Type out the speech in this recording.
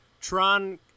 Tron